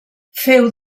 féu